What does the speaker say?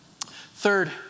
Third